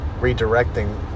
redirecting